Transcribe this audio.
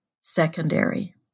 secondary